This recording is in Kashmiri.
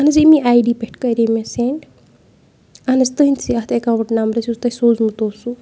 اہن حظ أمی آی ڈی پٮ۪ٹھ کَرے مےٚ سٮ۪نٛڈ اہن حظ تُہٕنٛدِس اَتھ اٮ۪کاوُنٛٹ نمبرَس یُس تۄہہِ سوٗزمُت اوسوُ